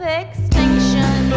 extinction